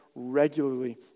regularly